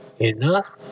enough